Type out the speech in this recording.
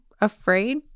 afraid